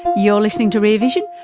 you're listening to rear vision